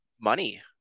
money